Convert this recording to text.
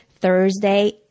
Thursday